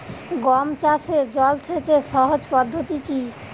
গম চাষে জল সেচের সহজ পদ্ধতি কি?